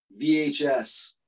VHS